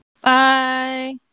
bye